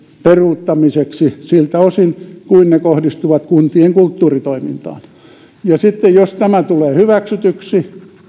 peruuttamiseksi siltä osin kuin ne kohdistuvat kuntien kulttuuritoimintaan ja sitten jos tämä tulee hyväksytyksi